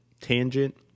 tangent